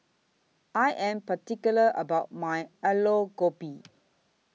I Am particular about My Aloo Gobi